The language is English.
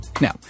Now